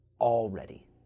already